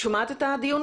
הסוגיה הזאת של שדה בריר.